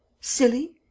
Silly